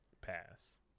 Pass